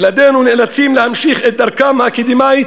ילדינו נאלצים להמשיך את דרכם האקדמית